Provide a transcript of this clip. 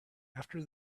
after